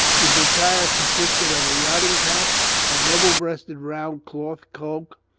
his attire consisted of a yachting cap a double-breasted round cloth coat,